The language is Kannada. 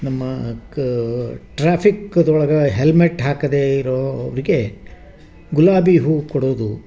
ನಮ್ಮ ಕ್ ಟ್ರಾಫಿಕ್ ಅದ್ರೊಳಗೆ ಹೆಲ್ಮೆಟ್ ಹಾಕದೇ ಇರೋವ್ರಿಗೆ ಗುಲಾಬಿ ಹೂ ಕೊಡೋದು